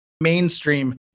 mainstream